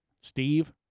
Steve